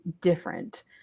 different